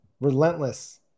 relentless